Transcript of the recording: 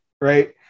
right